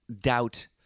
doubt